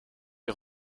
les